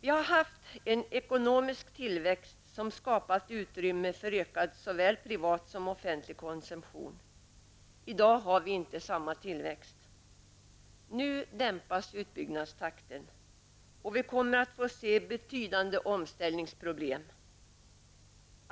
Vi har haft en ekonomisk tillväxt som skapat utrymme för ökad såväl privat som offentlig konsumtion. I dag har vi inte samma tillväxt. Nu dämpas utbyggnadstakten, och vi kommer att få se betydande omställningsproblem.